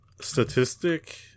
statistic